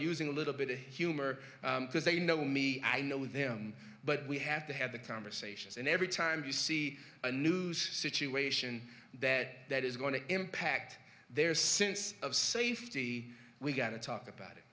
using a little bit of humor because they know me i know with him but we have to have the conversations and every time you see a news situation that that is going to impact their sense of safety we got to talk about it